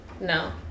No